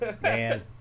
Man